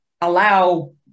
allow